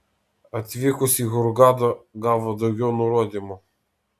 atvykus į hurgadą gavo daugiau nurodymų